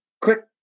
click